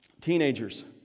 teenagers